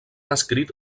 escrit